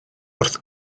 wrth